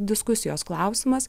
diskusijos klausimas